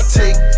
take